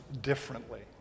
differently